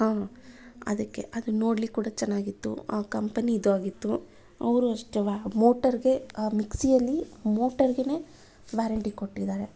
ಹಾಂ ಅದಕ್ಕೆ ಅದು ನೋಡ್ಲಿಕ್ಕೆ ಕೂಡ ಚೆನ್ನಾಗಿತ್ತು ಆ ಕಂಪನಿದಾಗಿತ್ತು ಅವರೂ ಅಷ್ಟೆ ಮೋಟರ್ಗೆ ಮಿಕ್ಸಿಯಲ್ಲಿ ಮೋಟರ್ಗೆ ವ್ಯಾರಂಟಿ ಕೊಟ್ಟಿದ್ದಾರೆ